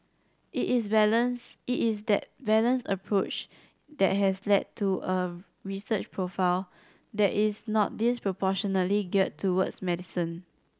it is balance it is that balanced approach that has led to a research profile that is not disproportionately geared towards medicine